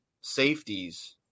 safeties